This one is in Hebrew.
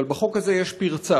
אבל בחוק הזה יש פרצה,